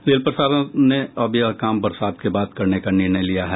rail प्रशासन ने यह काम अब बरसात के बाद करने का निर्णय लिया है